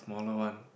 smaller one